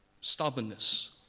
stubbornness